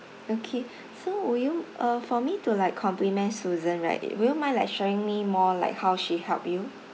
okay so would you uh for me to like compliment susan right it will you mind like sharing me more like how she helped you